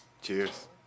Cheers